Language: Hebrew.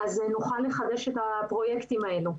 אז נוכל לחדש את הפרויקטים האלו.